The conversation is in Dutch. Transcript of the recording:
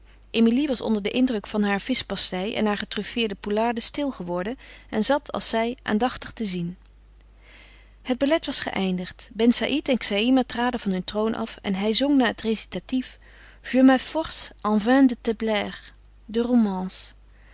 emilie was onder den indruk van haar vischpastei en haar getruffeerde poularde stil geworden en zat als zij aandachtig te zien het ballet was geëindigd ben saïd en xaïma traden van hun troon af en hij zong na het recitatief je m'efforce en vain de